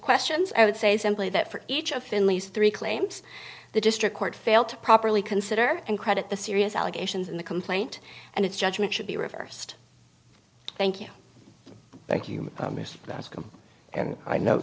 questions i would say simply that for each of finley's three claims the district court failed to properly consider and credit the serious allegations in the complaint and its judgment should be reversed thank you thank you